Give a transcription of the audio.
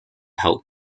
helped